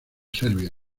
serbia